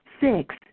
Six